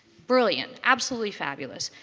brilliant. absolutely fabulous.